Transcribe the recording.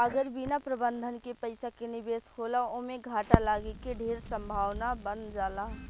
अगर बिना प्रबंधन के पइसा के निवेश होला ओमें घाटा लागे के ढेर संभावना बन जाला